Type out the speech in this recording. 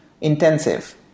intensive